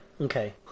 Okay